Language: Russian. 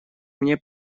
мне